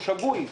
הוא שגוי.